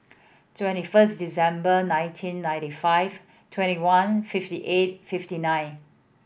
twenty first December nineteen ninety five twenty one fifty eight fifty nine